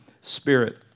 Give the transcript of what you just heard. Spirit